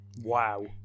Wow